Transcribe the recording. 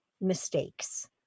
mistakes